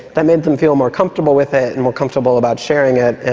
that made them feel more comfortable with it and more comfortable about sharing it.